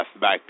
back